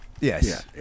Yes